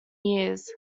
years